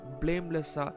blameless